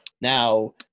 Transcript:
now